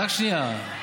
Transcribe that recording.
רק שנייה.